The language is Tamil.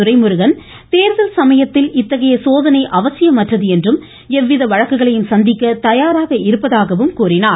துரைமுருகன் தேர்தல் சமயத்தில் இத்தகைய சோதனை அவசியமற்றது என்றும் எவ்வித வழக்குகளையும் சந்திக்க தயாராக இருப்பதாகவும் கூறினார்